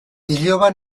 iloba